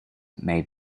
may